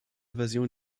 version